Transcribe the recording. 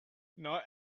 not